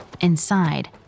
Inside